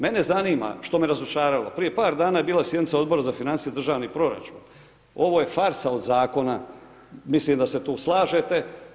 Mene zanima, što me razočaralo, prije par dana je bila sjednica Odbora za financije i državni proračun, ovo je farsa od zakona, mislim da se tu slažete.